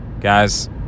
guys